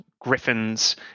griffins